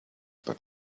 but